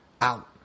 out